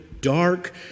dark